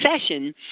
session